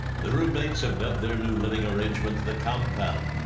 the roommates have dubbed their new living arrangement, the compound.